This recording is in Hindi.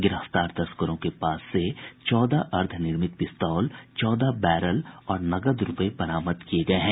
गिरफ्तार तस्करों के पास से चौदह अर्द्धनिर्मित पिस्तौल चौदह बैरल और नकद रूपये बरामद किये गये हैं